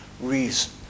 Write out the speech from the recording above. reason